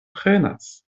prenas